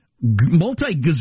multi